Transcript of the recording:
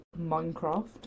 Minecraft